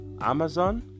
Amazon